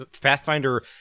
Pathfinder